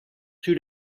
two